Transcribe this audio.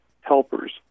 helpers